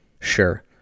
Sure